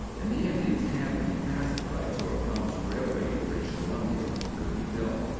and the indians had to be pacified, so a promised railway to british columbia could be built.